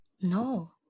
No